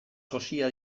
josia